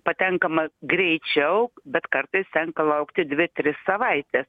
patenkama greičiau bet kartais tenka laukti dvi tris savaites